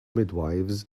midwifes